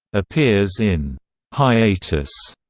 appears in hiatus,